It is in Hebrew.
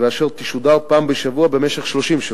אשר תשודר פעם בשבוע במשך 30 שבועות,